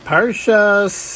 Parshas